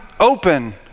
open